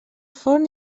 forn